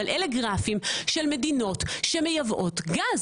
אבל אלה גרפים של מדינות שמייבאות גז